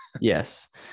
Yes